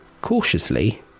cautiously